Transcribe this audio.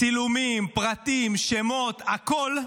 צילומים, פרטים, שמות, הכול.